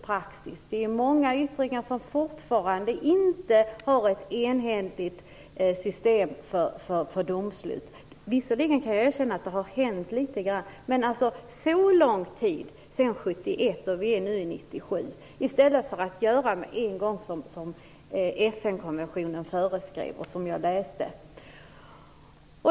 Det är fortfarande många yttringar som inte har ett enhetligt system för domslut. Visserligen kan jag erkänna att det har hänt litet grand, men det har gått så lång tid som sedan 1971. Vi är nu framme vid 1997. I stället kunde man ha gjort med en gång som FN-konventionen föreskrev, som jag läste.